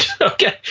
Okay